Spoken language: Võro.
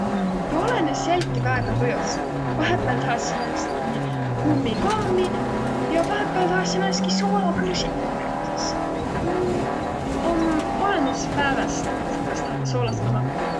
Tuu olõnõs jälki väega tujost. Vahepääl tahasi määnestki kummikommi ja vahepääl tahasi määnestki soolakõrsikut näütüses. Tuu olõnõs pääväst, et kas tahtaq soolast vai makõt.